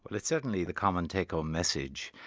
but it's certainly the common take-home message.